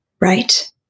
Right